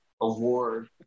Award